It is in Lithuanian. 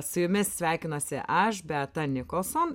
su jumis sveikinuosi aš beata nikolson